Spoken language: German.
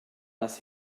das